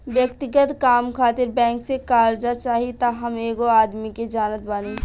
व्यक्तिगत काम खातिर बैंक से कार्जा चाही त हम एगो आदमी के जानत बानी